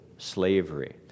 Slavery